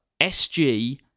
SG